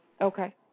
Okay